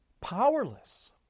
powerless